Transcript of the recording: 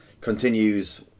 continues